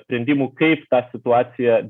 sprendimų kaip tą situaciją